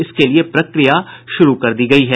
इसके लिए प्रक्रिया शुरू कर दी गयी है